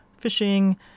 fishing